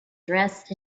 dressed